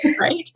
Right